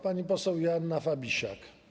Pani poseł Joanna Fabisiak.